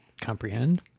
comprehend